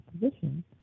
position